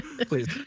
Please